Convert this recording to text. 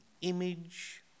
image